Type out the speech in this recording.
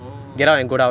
orh